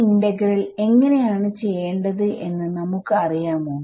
ഈ ഇന്റഗ്രൽ എങ്ങനെ ആണ് ചെയ്യേണ്ടത് എന്ന് നമുക്ക് അറിയാമോ